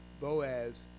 Boaz